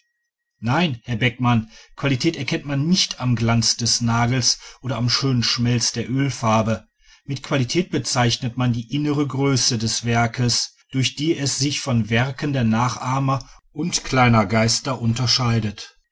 nein herr beckmann qualität erkennt man nicht am glanz des nagels oder am schönen schmelz der ölfarbe mit qualität bezeichnet man die innere größe des werkes durch die es sich von werken der nachahmer und kleinen geister unterscheidet